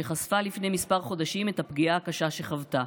שחשפה לפני כמה חודשים את הפגיעה הקשה שחוותה.